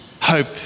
hope